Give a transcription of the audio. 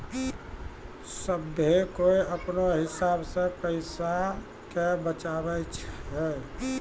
सभ्भे कोय अपनो हिसाब से पैसा के बचाबै छै